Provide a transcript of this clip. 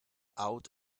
out